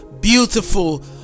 beautiful